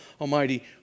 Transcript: almighty